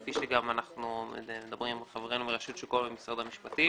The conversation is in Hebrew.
כפי שגם אנחנו מדברים עם חברינו מרשות שוק ההון ובמשרד המשפטים,